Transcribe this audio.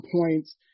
points